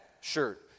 shirt